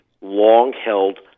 long-held